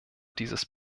dieses